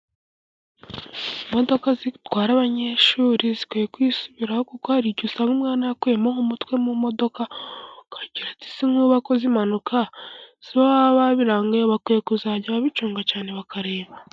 Imodoka zitwara abanyeshuri, zikwiye kwisubiraho, kuko hari igihe usanga umwana yakuyemo nk'umutwe mu modoka, ukagira ati se nk'ubu akoze impanuka sibo baba babirangayemo. Bakwiye kuzajya babicunga cyane bakareba.